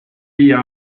viie